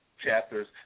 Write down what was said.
Chapters